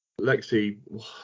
Lexi